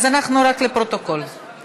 אנחנו רק לפרוטוקול,